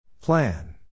Plan